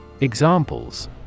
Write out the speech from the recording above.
Examples